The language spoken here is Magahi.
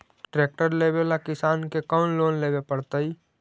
ट्रेक्टर लेवेला किसान के कौन लोन लेवे पड़तई?